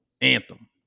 Anthem